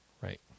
Right